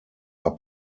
are